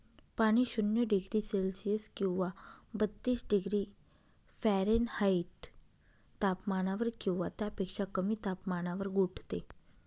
पाणी शून्य degree Celsius किंवा बत्तीस डिग्री फॅरेनहाईट तापमानावर किंवा त्यापेक्षा कमी तापमानावर गोठते